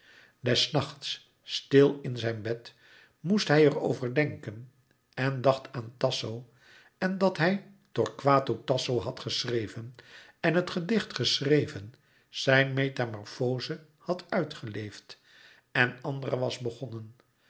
des nachts stil in zijn bed moest hij er over denken en dacht aan tasso en dat hij torquato tasso had geschreven en het gedicht geschreven zijne metamorfoze had uitgeleefd een andere was begonnen